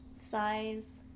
size